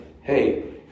hey